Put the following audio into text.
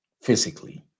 physically